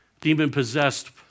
demon-possessed